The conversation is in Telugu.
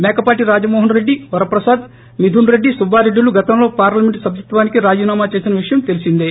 మేకపాటి రాజమోహన రెడ్డి వరప్రసాద్ మిథున్ రెడ్డి సుబ్బారెడ్డి లు గతంలో పార్లమెంట్ సభ్యత్వానికి రాజనామా చేసిన విషయం తెలిసిందే